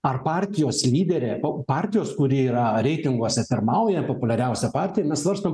ar partijos lyderė po partijos kuri yra reitinguose pirmauja populiariausia partija mes svarstom